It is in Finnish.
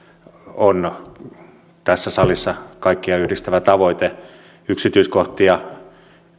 on tässä salissa kaikkia yhdistävä tavoite yksityiskohtia